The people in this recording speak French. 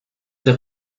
des